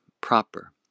proper